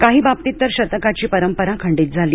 काहीबाबतीत तर शतकाची परंपरा खंडित झाली